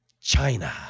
China